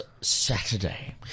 Saturday